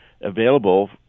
available